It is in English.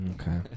okay